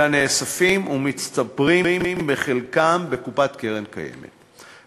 אלא נאספים ומצטברים בחלקם בקופת הקרן הקיימת.